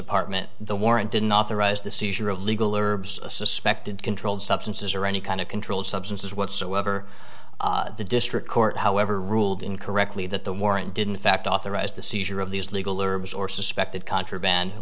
apartment the warrant didn't authorize the seizure of legal herbs suspected controlled substances or any kind of controlled substances whatsoever the district court however ruled in correctly that the warrant didn't fact authorize the seizure of these legal herbs or suspected contraband